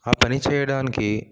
ఆ పనిచేయడానికి